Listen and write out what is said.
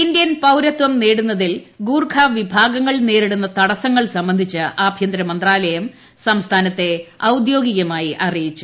Indian പൌരത്വം നേടുന്നതിൽ ഗൂർഖ വിഭാഗങ്ങൾ നേരിടുന്ന തടസങ്ങൾ സംബന്ധിച്ച് ആഭ്യന്തര മന്ത്രാലയം സംസ്ഥാ നത്തെ ഔദ്യോഗികമായി അറിയിച്ചു